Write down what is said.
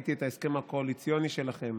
ראיתי את ההסכם הקואליציוני שלכם